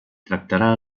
tractarà